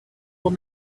will